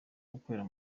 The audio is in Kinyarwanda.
gukorera